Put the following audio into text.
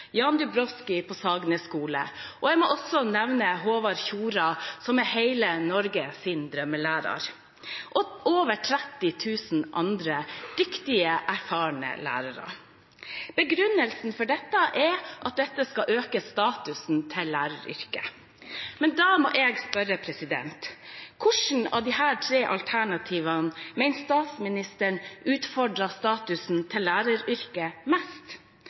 Jan Dubowski, tidligere lærer ved Sagene skole. Jeg må også nevne Håvard Tjora, som er hele Norges drømmelærer, og over 30 000 andre dyktige, erfarne lærere. Begrunnelsen for dette er at det skal øke statusen til læreryrket. Men da må jeg spørre: Hvilke av disse tre alternativene mener statsministeren utfordrer statusen til læreryrket mest: